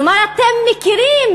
כלומר אתם מכירים,